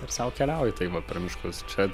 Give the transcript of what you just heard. ir sau keliauji tai va per miškus čia